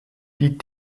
die